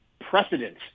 precedent